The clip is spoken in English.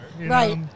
Right